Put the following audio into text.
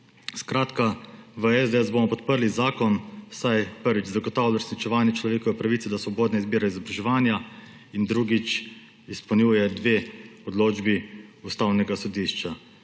Skratka, v SDS bomo podprli zakon, saj, prvič, zagotavlja uresničevanje človekove pravice do svobodne izbire izobraževanja, in drugič, izpolnjuje dve odločbi Ustavnega sodišča.